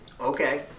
Okay